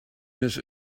his